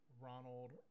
Ronald